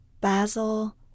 Basil